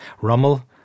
Rommel